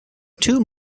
two